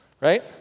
right